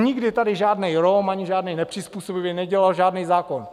Nikdy tady žádný Rom ani žádný nepřizpůsobivý nedělal žádný zákon.